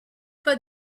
pas